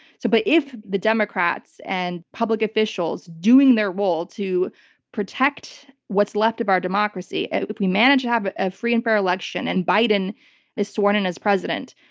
so but if the democrats and public officials, doing their role to protect what's left of our democracy, if we manage to have a free and fair election and biden is sworn in as president,